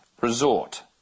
resort